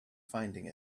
finding